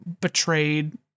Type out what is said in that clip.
betrayed